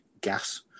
gas